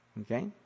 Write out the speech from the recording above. Okay